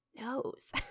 nose